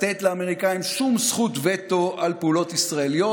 לתת לאמריקאים שום זכות וטו על פעולות ישראליות,